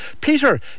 Peter